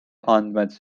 andmed